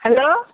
hello